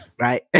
Right